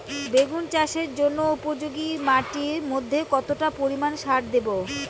বেগুন চাষের জন্য উপযোগী মাটির মধ্যে কতটা পরিমান সার দেব?